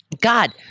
God